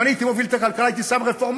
אם אני הייתי מוביל את הכלכלה הייתי שם רפורמטור,